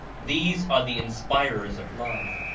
these are the inspirers of love.